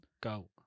go